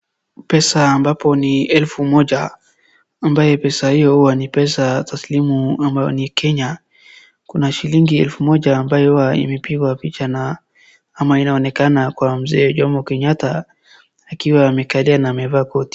Pesa ambapo ni elfu moja, ambayo pesa hii huwa ni pesa taslimu ambayo ni ya Kenya, kuna shilingi elfu moja ambayo hua imepigwa picha na ama inaonekana kwa Mzee Jomo Kenyatta, akiwa amekalia na amevaa koti.